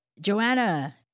Joanna